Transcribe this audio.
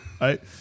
right